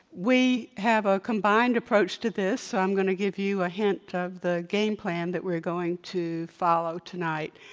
we have a combined approach to this so i'm going to give you a hint of the game plan that we are going to follow tonight.